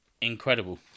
incredible